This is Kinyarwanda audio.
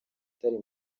utari